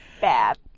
Bad